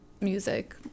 music